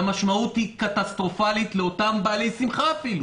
המשמעות היא קטסטרופלית לאותם בעלי שמחה אפילו.